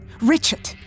Richard